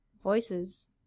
voices